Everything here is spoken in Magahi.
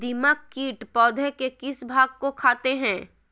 दीमक किट पौधे के किस भाग को खाते हैं?